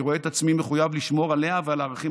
אני רואה את עצמי מחויב לשמור עליה ועל הערכים